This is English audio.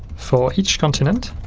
for each continent